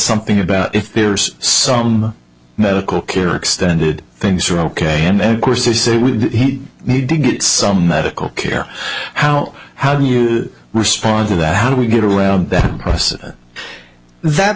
something about if there's some medical care extended things are ok and of course they say we need to get some medical care how how do you respond to that how do we get around that process that